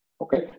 Okay